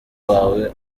wawe